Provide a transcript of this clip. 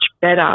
better